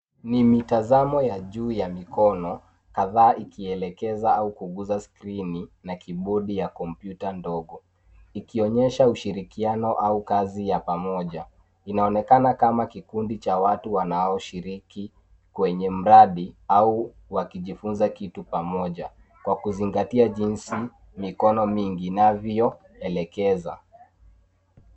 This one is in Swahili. Ni mitazamo ya juu ya mkono kadhaa ikelekeza au kuguza skrini na kibodi ya kompyuta ndogo, ikionyesha ushirikiano au kazi ya pamoja. Inaonekana kama kikundi cha watu wanaoshiriki kwenye mradi au wakijifunza kitu pamoja kwa kuzingatia jinsi mikono mingi inavyoelekeza.